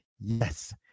Yes